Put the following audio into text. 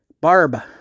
Barb